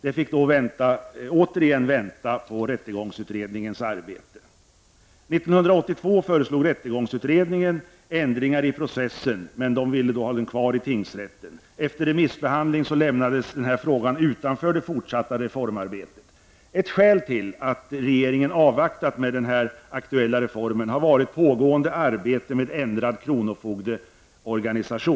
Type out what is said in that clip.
Detta förslag fick återigen vänta i avvaktan på rättegångsutredningens arbete. År 1982 föreslog rättegångsutredningen ändringar i processen, men utredningen ville ha handläggningen kvar vid tingsrätterna. Efter remissbehandling lämnades denna fråga utanför det fortsatta reformarbetet. Ett skäl till att regeringen har avvaktat med den nu aktuella reformen har varit pågående arbete med ändrad kronofogdeorganisation.